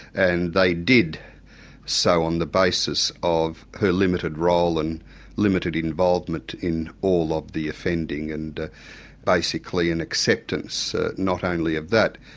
and they did so on the basis of her limited role and limited involvement in all of the offending, and basically an acceptance not only of that,